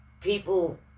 people